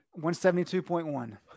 172.1